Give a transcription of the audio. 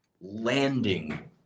landing